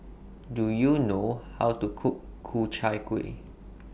Do YOU know How to Cook Ku Chai Kuih